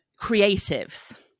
Creatives